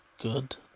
good